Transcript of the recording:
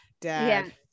dad